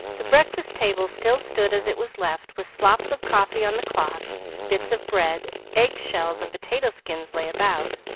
the breakfast-table still stood as it was left, with slops of coffee on the cloth bits of bread, egg-shells, and potato-skins lay about,